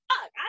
fuck